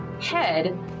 head